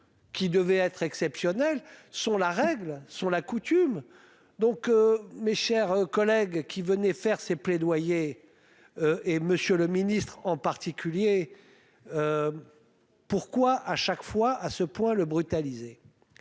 Qui devait être. Exceptionnel sont la règle sur la coutume. Donc, mes chers collègues qui venait faire ses plaidoyers. Et Monsieur le Ministre, en particulier. Pourquoi à chaque fois à ce point le brutaliser.